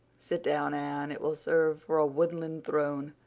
sit down, anne it will serve for a woodland throne.